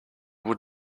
would